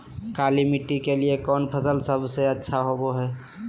काली मिट्टी के लिए कौन फसल सब से अच्छा होबो हाय?